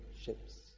ships